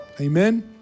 Amen